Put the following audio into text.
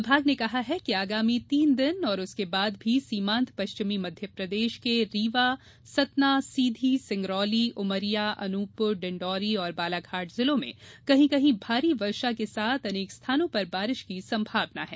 विभाग ने कहा है कि आगामी तीन दिन और उसके बाद भी सीमान्त पश्चिमी मध्यप्रदेश के रीवा सतना सीधी सिंगरौली उमरिया अनूपुपर डिंडोरी और बालाघाट जिलों में कहीं कहीं भारी वर्षा के साथ अनेक स्थानों पर वर्षा की संभावना है